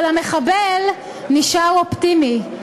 אבל המחבל נשאר אופטימי.